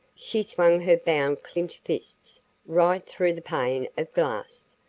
she swung her bound clinched fists right through the pane of glass,